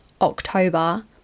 October